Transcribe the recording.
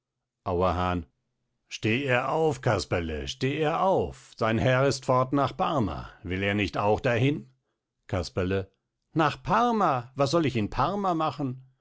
auerhahn steh er auf casperle steh er auf sein herr ist fort nach parma will er nicht auch dahin casperle nach parma was soll ich in parma machen